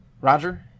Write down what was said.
Roger